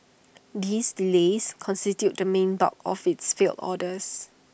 these delays constituted the main bulk of its failed orders